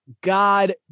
God